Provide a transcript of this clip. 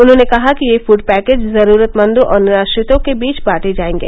उन्होंने कहा कि ये फूड पैकेट जरूरतमरों और निराश्रितों के बीच बांटे जाएगे